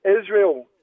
Israel